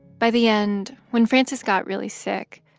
by the end, when frances got really sick,